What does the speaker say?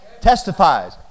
Testifies